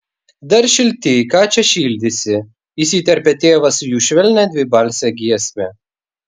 dar šilti ką čia šildysi įsiterpė tėvas į jų švelnią dvibalsę giesmę